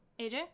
AJ